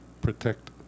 protect